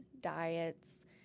diets